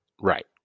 Right